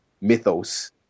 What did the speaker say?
mythos